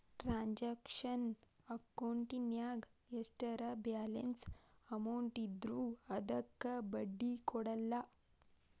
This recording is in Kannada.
ಟ್ರಾನ್ಸಾಕ್ಷನಲ್ ಅಕೌಂಟಿನ್ಯಾಗ ಎಷ್ಟರ ಬ್ಯಾಲೆನ್ಸ್ ಅಮೌಂಟ್ ಇದ್ರೂ ಅದಕ್ಕ ಬಡ್ಡಿ ಕೊಡಲ್ಲ